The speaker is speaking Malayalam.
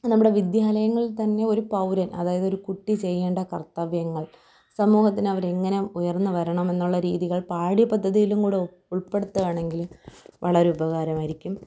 നമ്മുടെ വിദ്യാലയങ്ങളിൽ തന്നെ ഒരു പൗരൻ അതായതൊരു കുട്ടി ചെയ്യേണ്ട കർത്തവ്യങ്ങൾ സമൂഹത്തിന് അവർ എങ്ങനെ ഉയർന്ന് വരണമെന്നുള്ള രീതികൾ പാഠ്യപദ്ധതിയിലും കൂടെ ഉൾപ്പെടുത്തുകയാണെങ്കിൽ വളരെ ഉപകാരമായിരിക്കും